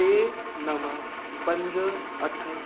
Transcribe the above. टे नव पंज अठ आहिनि